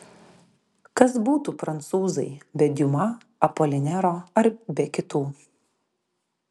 kas būtų prancūzai be diuma apolinero ar be kitų